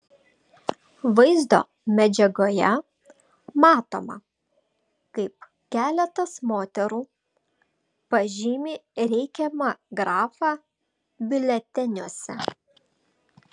vaizdo medžiagoje matoma kaip keletas moterų pažymi reikiamą grafą biuleteniuose